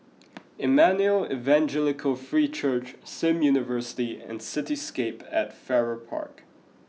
Emmanuel Evangelical Free Church Sim University and Cityscape at Farrer Park